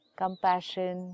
compassion